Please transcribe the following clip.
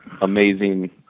amazing